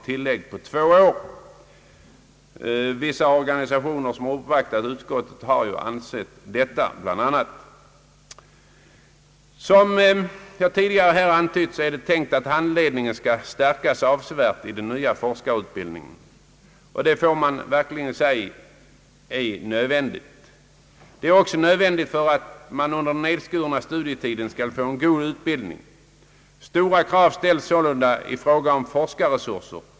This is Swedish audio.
Bl.a. har vissa organisationer, som uppvaktat utskottet, ansett detta. Som jag tidigare antytt är det tänkt att handledningen skall stärkas avsevärt i den nya forskarutbildningen. Det är naturligtvis nödvändigt för att man under den nedskurna studietiden skall få en god utbildning. Stora krav ställs sålunda i fråga om forskarresurser.